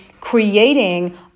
creating